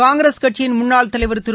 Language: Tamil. காங்கிரஸ் கட்சியின் முன்னாள் தலைவர் திரு